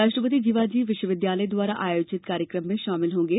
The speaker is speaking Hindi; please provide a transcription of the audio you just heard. राष्ट्रपति जीवाजी विश्वविद्यालय द्वारा आयोजित कार्यक्रम में शामिल होंगे